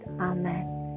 Amen